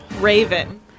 Raven